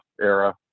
era